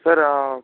sir